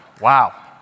Wow